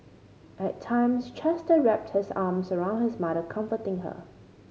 at times Chester wrapped his arms around his mother comforting her